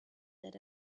that